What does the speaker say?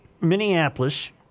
Minneapolis